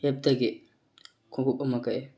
ꯑꯦꯞꯇꯒꯤ ꯈꯣꯡꯎꯞ ꯑꯃ ꯀꯛꯑꯦ